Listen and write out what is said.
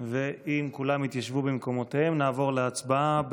אם כולם יתיישבו במקומותיהם, נעבור להצבעה.